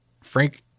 frank